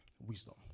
Wisdom